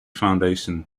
foundation